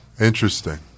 Interesting